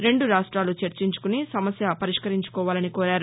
రెండు రాష్ట్లాలు చర్చించుకొని సమస్య పరిష్కరించుకోవాలని కోరారు